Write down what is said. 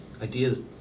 ideas